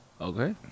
Okay